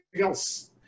else